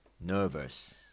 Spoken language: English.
nervous